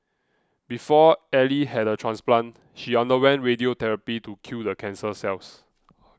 before Ally had a transplant she underwent radiotherapy to kill the cancer cells